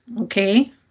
Okay